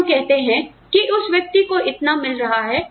तो हम कहते हैं कि उस व्यक्ति को इतना मिल रहा है